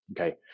okay